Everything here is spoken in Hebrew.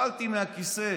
נפלתי מהכיסא.